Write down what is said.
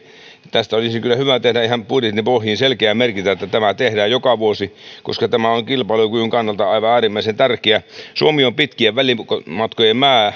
tästä olisi kyllä hyvä tehdä ihan budjetin pohjiin selkeä merkintä että tämä tehdään joka vuosi koska tämä on kilpailukyvyn kannalta aivan äärimmäisen tärkeää suomi on pitkien välimatkojen maa